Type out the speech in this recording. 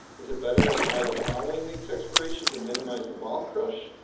is it better to buy the following week's expiration to minimize the vol crush?